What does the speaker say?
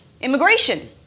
Immigration